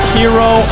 hero